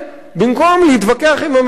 במקום להתווכח עם הממשלה,